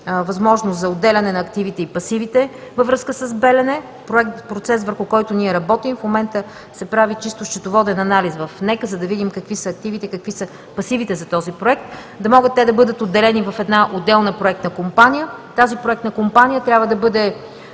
възможност за отделяне на активите и пасивите във връзка с Белене. Процес, върху който ние работим. В момента се прави чисто счетоводен анализ в НЕК, за да видим какви са активите и какви са пасивите за този проект, да могат те да бъдат отделени в една отделна проектна компания. Тази проектна компания трябва да бъде